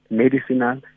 medicinal